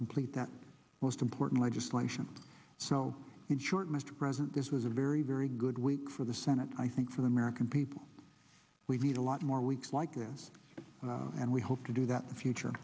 complete that most important legislation so in short mr president this was a very very good week for the senate and i think for the american people we need a lot more weeks like this and we hope to do that the future